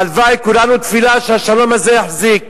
והלוואי, כולנו תפילה שהשלום הזה יחזיק.